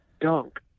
dunk